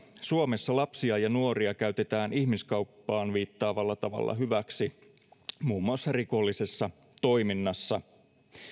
suomessa lapsia ja nuoria käytetään ihmiskauppaan viittaavalla tavalla hyväksi muun muassa rikollisessa toiminnassa